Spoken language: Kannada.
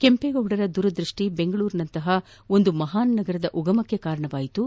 ಕೆಂಪೇಗೌಡರ ದೂರದೃಷ್ಟಿ ಬೆಂಗಳೂರಿನಂತಹ ಒಂದು ಮಹಾನ್ ನಗರದ ಉಗಮಕ್ಕೆ ಕಾರಣವಾಯಿತು